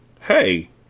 Hey